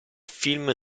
film